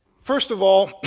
first of all,